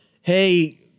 hey –